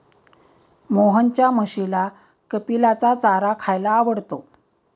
मोहनच्या म्हशीला कपिलाचा चारा खायला आवडतो